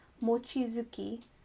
mochizuki